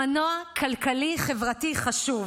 למנוע כלכלי-חברתי חשוב,